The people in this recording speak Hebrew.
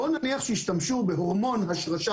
נניח שהשתמשו בהורמון השרשה,